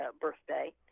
birthday